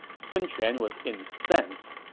sun quan was incensed,